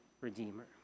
redeemer